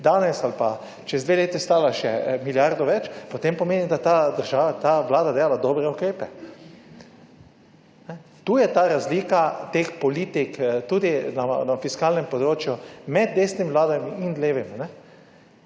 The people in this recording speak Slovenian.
danes ali pa čez dve leti stala še milijardo več, potem pomeni, da ta država, ta Vlada delala dobre ukrepe. Tukaj je ta razlika teh politik tudi na fiskalnem področju med desnimi vladami in levimi.